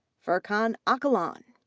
furkan akalan,